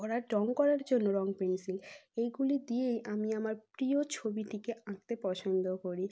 করার রং করার জন্য রং পেন্সিল এইগুলি দিয়েই আমি আমার প্রিয় ছবিটিকে আঁকতে পছন্দও করি